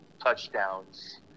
touchdowns